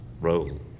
role